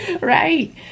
Right